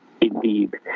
Indeed